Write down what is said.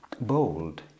bold